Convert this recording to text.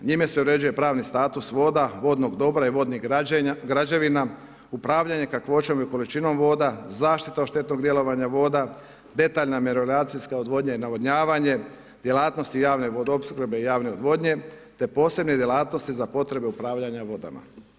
Njime se uređuje pravni status voda, vodnog dobra i vodnih građevina, upravljanje kakvoćom i količinom voda, zaštita od štetnog djelovanja voda, detaljna ... odvodnja i navodnjavanje, djelatnosti javne vodoopskrbe i javne odvodnje, te posebne djelatnosti za potrebe upravljanja vodama.